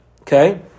okay